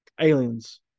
aliens